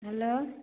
hello